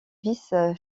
vice